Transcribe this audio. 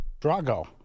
Drago